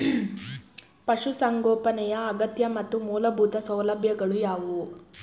ಪಶುಸಂಗೋಪನೆಯ ಅಗತ್ಯ ಮತ್ತು ಮೂಲಭೂತ ಸೌಲಭ್ಯಗಳು ಯಾವುವು?